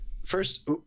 first